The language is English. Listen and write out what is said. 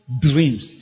dreams